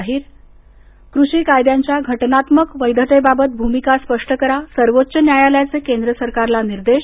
जाहीर कृषी कायद्यांच्या घटनात्मक वैधतेबाबत भूमिका स्पष्ट करा सर्वोच्च न्यायालयाचे केंद्र सरकारला निर्देश